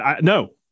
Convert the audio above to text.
No